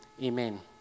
Amen